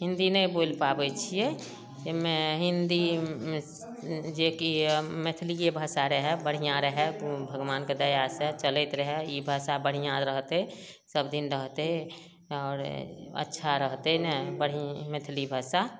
हिन्दी नहि बोलि पाबै छियै एहिमे हिन्दी जेकि मैथिलीये भाषा रहए बढ़िऑं रहए भगवानके दया से चलैत रहए ई भाषा बढ़िऑं रहतै सबदिन रहतै आओर अच्छा रहतै ने बढ़िऑं मैथिली भाषा